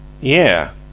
Yeah